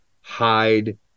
hide